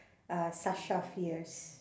uh sasha fierce